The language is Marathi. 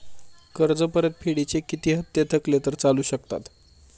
कर्ज परतफेडीचे किती हप्ते थकले तर चालू शकतात?